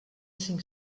cinc